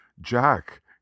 Jack